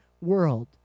world